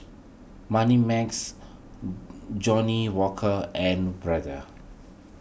Moneymax Johnnie Walker and Brother